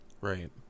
Right